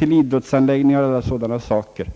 och idrottsanläggningar och sådant.